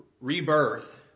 rebirth